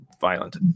violent